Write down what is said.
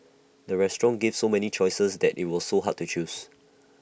the restaurant gave so many choices that IT was so hard to choose